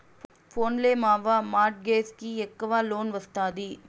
పోన్లే మావా, mortgage కి ఎక్కవ లోన్ ఒస్తాది